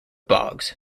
bogs